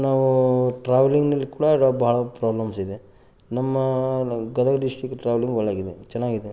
ನಾವು ಟ್ರಾವೆಲಿಂಗಿನಲ್ಲಿ ಕೂಡ ಭಾಳ ಪ್ರಾಬ್ಲಮ್ಸ್ ಇದೆ ನಮ್ಮ ಗದಗ ಡಿಸ್ಟ್ರಿಕ್ಕಿದು ಟ್ರಾವೆಲಿಂಗ್ ಒಳ್ಳೆದಾಗಿದೆ ಚೆನ್ನಾಗಿದೆ